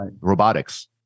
robotics